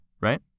right